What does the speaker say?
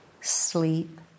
sleep